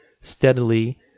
steadily